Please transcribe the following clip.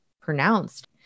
pronounced